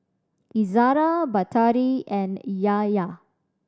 Izara Batari and Yahya